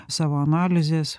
savo analizės